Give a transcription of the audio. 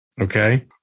Okay